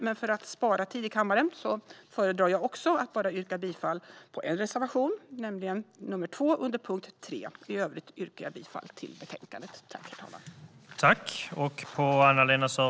Men för att spara tid i kammaren föredrar också jag att bara yrka bifall till en reservation, nämligen nr 2 under punkt 3. I övrigt yrkar jag bifall till utskottets förslag i betänkandet.